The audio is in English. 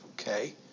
okay